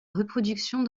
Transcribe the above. reproduction